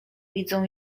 widzą